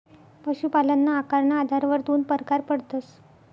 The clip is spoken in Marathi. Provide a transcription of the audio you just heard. पशुपालनना आकारना आधारवर दोन परकार पडतस